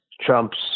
Trump's